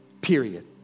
Period